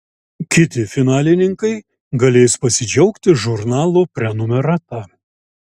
kiti finalininkai galės pasidžiaugti žurnalo prenumerata